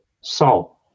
soul